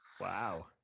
wow